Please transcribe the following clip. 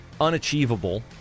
unachievable